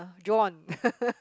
John